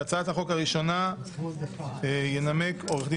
הצעת חוק גיל פרישה (הורה שילדו נפטר)